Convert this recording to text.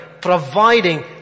providing